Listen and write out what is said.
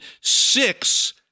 six